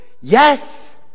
Yes